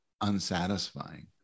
unsatisfying